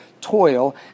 toil